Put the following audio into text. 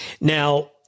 Now